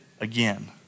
again